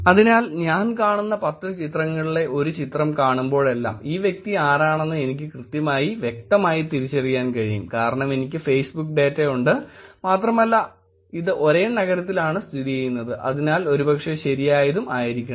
അതിനാൽ ഞാൻ കാണുന്ന 10 ചിത്രങ്ങളിലെ ഒരു ചിത്രം കാണുമ്പോഴെല്ലാം ഈ വ്യക്തി ആരാണെന്ന് എനിക്ക് കൃത്യമായി വ്യക്തമായി തിരിച്ചറിയാൻ കഴിയും കാരണം എനിക്ക് ഫേസ്ബുക്ക് ഡേറ്റ ഉണ്ട് മാത്രമല്ല ഇത് ഒരേ നഗരത്തിലാണ് ചെയ്യുന്നത് അതിനാൽ ഒരുപക്ഷെ ശരിയായതും ആയിരിക്കണം